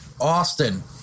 Austin